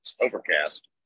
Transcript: overcast